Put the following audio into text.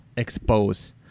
expose